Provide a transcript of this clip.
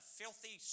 filthy